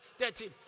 13